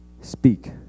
speak